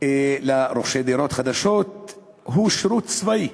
לרוכשי דירות חדשות הוא שירות צבאי,